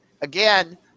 again